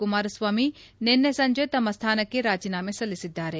ಕುಮಾರಸ್ವಾಮಿ ನಿನ್ನೆ ಸಂಜೆ ತಮ್ನಸ್ಲಾನಕ್ಕೆ ರಾಜೀನಾಮೆ ಸಲ್ಲಿಸಿದ್ದಾರೆ